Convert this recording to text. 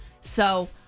So-